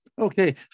Okay